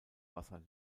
wasser